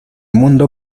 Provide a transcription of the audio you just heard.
mundo